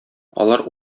алар